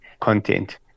content